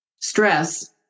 stress